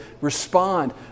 respond